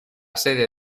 sede